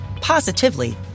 positively